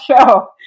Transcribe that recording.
show